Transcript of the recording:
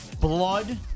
blood